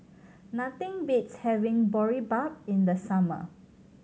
nothing beats having Boribap in the summer